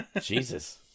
Jesus